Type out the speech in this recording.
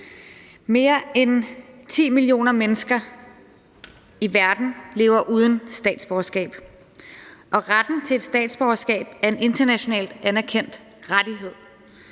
Mere end 10 millioner mennesker i verden lever uden statsborgerskab, og retten til et statsborgerskab er en internationalt anerkendt rettighed.